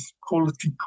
quality